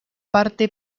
parte